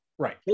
right